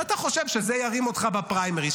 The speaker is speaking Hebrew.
ואתה חושב שזה ירים אותך בפריימריז,